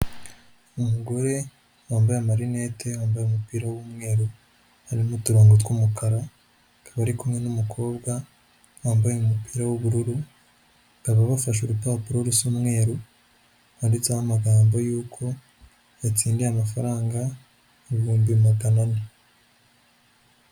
Umugore wambaye amarinete, wambaye umupira w'umweru harimo uturongo tw'umukara, akaba ari kumwe n'umukobwa wambaye umupira w'ubururu, bakaba bafashe urupapuro rusa umweru handitseho amagambo yuko yatsindiye amafaranga ibihumbi magana ane.